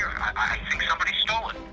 i think somebody stole it.